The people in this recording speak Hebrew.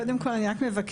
קודם כל אני רק מבקשת,